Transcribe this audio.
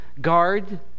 guard